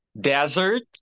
desert